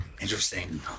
interesting